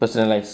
personalised